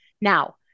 Now